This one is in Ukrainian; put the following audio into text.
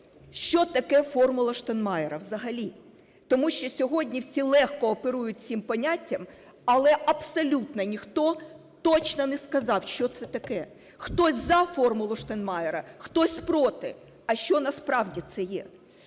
що таке "формула Штайнмайєра" взагалі. Тому що сьогодні всі легко оперують цим поняттям, але абсолютно ніхто точно не сказав що це таке. Хтось за "формулу Штайнмайєра", хтось проти, а що насправді це є?